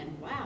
wow